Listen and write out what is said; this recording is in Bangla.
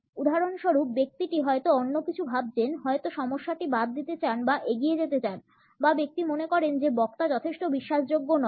উদাহরণস্বরূপ ব্যক্তিটি হয়তো অন্য কিছু ভাবছেন হয়ত সমস্যাটি বাদ দিতে চান বা এগিয়ে যেতে চান বা ব্যক্তি মনে করেন যে বক্তা যথেষ্ট বিশ্বাসযোগ্য নয়